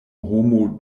homo